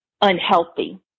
unhealthy